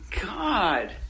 God